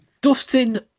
Dustin